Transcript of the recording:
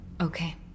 Okay